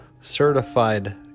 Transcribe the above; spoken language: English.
certified